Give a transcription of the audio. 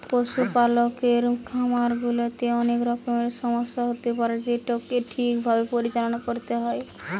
পশুপালকের খামার গুলাতে অনেক রকমের সমস্যা হতে পারে যেটোকে ঠিক ভাবে পরিচালনা করতে হয়